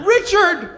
Richard